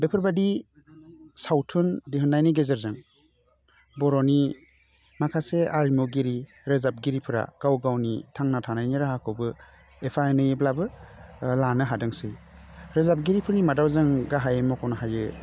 बेफोरबादि सावथुन दिहुन्नायनि गेजेरजों बर'नि माखासे आरिमुगिरि रोजाबगिरिफोरा गाव गावनि थांना थानायनि राहाखौबो एफा एनैब्लाबो लानो हादोंसै रोजाबगिरिफोरनि मादाव जों गाहाय मख'नो हायो